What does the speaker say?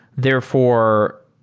therefore,